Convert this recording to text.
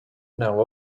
now